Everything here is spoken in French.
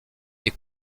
est